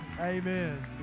amen